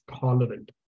tolerant